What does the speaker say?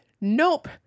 nope